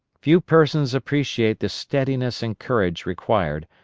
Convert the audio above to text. few persons appreciate the steadiness and courage required,